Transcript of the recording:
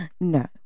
No